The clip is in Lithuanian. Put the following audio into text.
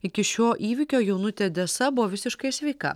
iki šio įvykio jaunutė desa buvo visiškai sveika